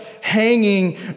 hanging